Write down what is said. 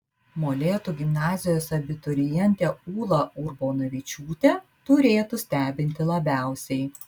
molėtų gimnazijos abiturientė ūla urbonavičiūtė turėtų stebinti labiausiai